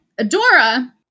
Adora